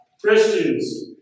Christians